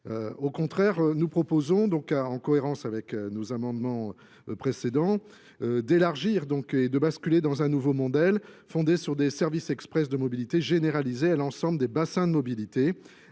au contraire nous proposons donc en cohérence nos amendements précédents d'élargir donc et de basculer dans un nouveau modèle fondé sur des services express de mobilité généralisé à l'ensemble des bassins de mobilité